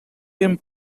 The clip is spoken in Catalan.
ben